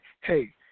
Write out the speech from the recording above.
hey